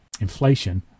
inflation